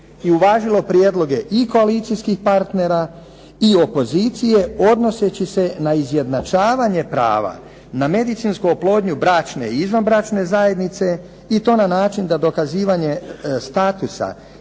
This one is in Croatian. i uvažilo prijedloge i koalicijskih partnera i opozicije odnoseći se na izjednačavanje prava na medicinsku oplodnju bračne i izvanbračne zajednice i to na način da dokazivanje statusa